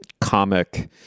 comic